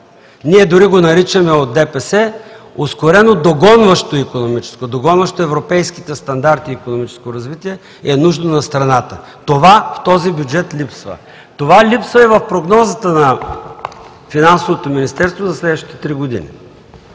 ДПС дори го наричаме „ускорено догонващо икономическо“, догонващо европейските стандарти икономическо развитие е нужно на страната. Това в този бюджет липсва. Това липсва и в прогнозата на Финансовото министерство за следващите три години.